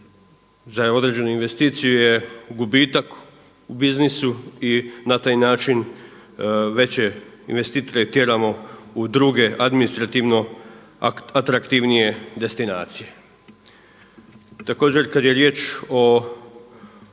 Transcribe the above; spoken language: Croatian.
za određenu investiciju je gubitak u businessu i na taj način veće investitore tjeramo u druge administrativno atraktivnije destinacije. Također kada je riječ o